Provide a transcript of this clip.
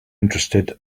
interested